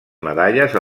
medalles